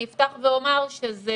אני אפתח ואומר שזה